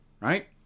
right